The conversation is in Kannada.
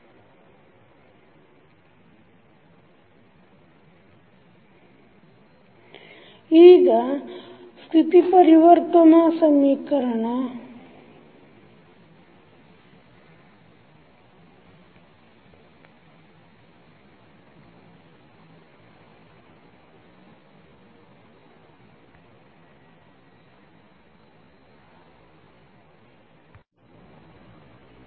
tL 1sI A 12e t e 2t e t e 2t 2e t2e 2t e t2e 2t ಹೀಗಾಗಿ ನೀವು ಇದನ್ನು ಸರಳವಾಗಿ ಇನ್ವರ್ಸ ಲ್ಯಾಪ್ಲೇಸ್ ರೂಪಾಂತರವನ್ನು ತೆಗೆದುಕೊಳ್ಳುವದರಿಂದ ಪಡೆಯಬಹುದು